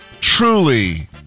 truly